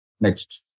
Next